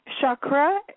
chakra